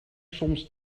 soms